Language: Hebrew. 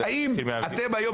האם אתם היום,